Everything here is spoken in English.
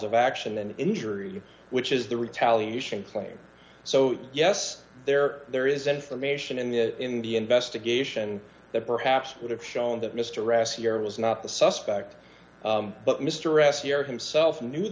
of action and injury which is the retaliation claim so yes there there is information in that in the investigation that perhaps would have shown that mr ross year was not the suspect but mr s year himself